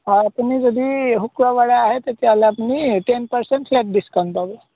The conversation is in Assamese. হয় আপুনি যদি শুক্ৰবাৰে আহে তেতিয়াহ'লে আপুনি টেন পাৰ্চেণ্ট ফ্লেট ডিচকাউণ্ট পাব